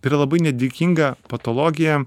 tai yra labai nedėkinga patologija